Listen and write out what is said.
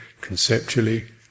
conceptually